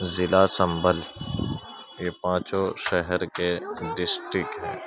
ضلع سنبھل یہ پانچوں شہر کے ہیں